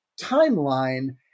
timeline